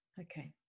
okay